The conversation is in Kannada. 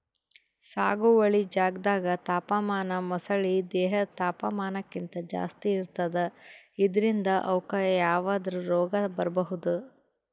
ಸಾಗುವಳಿ ಜಾಗ್ದಾಗ್ ತಾಪಮಾನ ಮೊಸಳಿ ದೇಹದ್ ತಾಪಮಾನಕ್ಕಿಂತ್ ಜಾಸ್ತಿ ಇರ್ತದ್ ಇದ್ರಿಂದ್ ಅವುಕ್ಕ್ ಯಾವದ್ರಾ ರೋಗ್ ಬರ್ಬಹುದ್